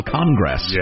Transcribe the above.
Congress